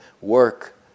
work